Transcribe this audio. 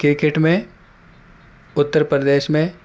cricket میں اتر پردیش میں